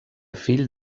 fill